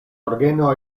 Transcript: orgeno